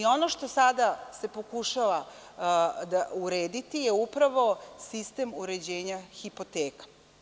Ono što se sada pokušava urediti je upravo sistem uređenja hipoteka.